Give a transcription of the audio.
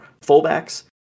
fullbacks